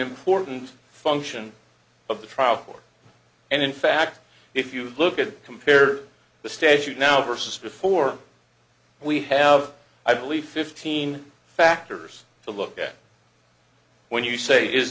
important function of the trial court and in fact if you look at it compare the statute now versus before we have i believe fifteen factors to look at when you say is